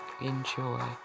enjoy